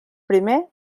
primer